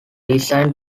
design